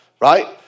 Right